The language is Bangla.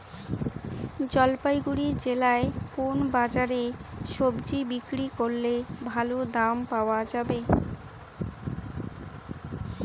জলপাইগুড়ি জেলায় কোন বাজারে সবজি বিক্রি করলে ভালো দাম পাওয়া যায়?